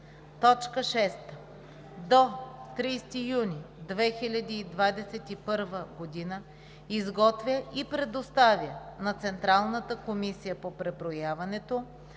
6. до 30 юни 2021 г. изготвя и представя на Централната комисия по преброяването